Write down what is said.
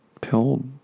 pill